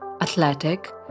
athletic